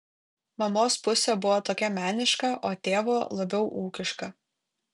mamos pusė buvo tokia meniška o tėvo labiau ūkiška